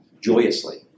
joyously